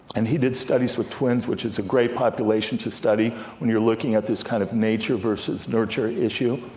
and he did studies with twins, which is a great population to study when you're looking at this kind of nature versus nurture issue.